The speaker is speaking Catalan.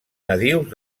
nadius